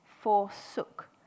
forsook